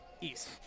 east